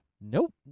Nope